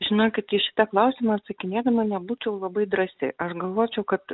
žinokit į šitą klausimą sukinėdama nebūčiau labai drąsi aš galvočiau kad